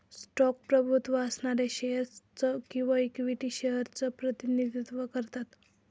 stock प्रभुत्व असणाऱ्या shares च किंवा इक्विटी शेअर्स च प्रतिनिधित्व करतात